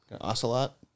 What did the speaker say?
ocelot